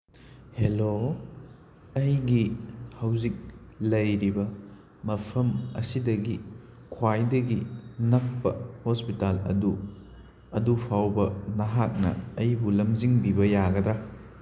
hello ꯑꯩꯒꯤ ꯍꯧꯖꯤꯛ ꯂꯩꯔꯤꯕ ꯃꯐꯝ ꯑꯁꯤꯗꯒꯤ ꯈ꯭ꯋꯥꯏꯗꯒꯤ ꯅꯛꯄ ꯍꯣꯁꯄꯤꯇꯥꯜ ꯑꯗꯨ ꯐꯥꯎꯕ ꯅꯍꯥꯛꯅ ꯑꯩꯕꯨ ꯂꯝꯖꯤꯡꯕꯤꯕ ꯌꯥꯒꯗ꯭ꯔꯥ